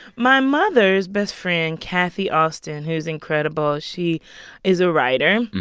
my mother's best friend kathy austin, who's incredible, she is a writer.